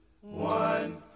one